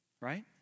right